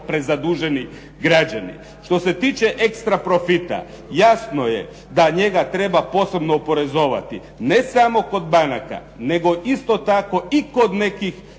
prezaduženi građani. Što se tiče ekstra profita, jasno je da njega treba posebno oporezovati, ne samo kod banaka nego isto tako i kod nekih